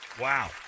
wow